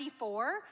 1994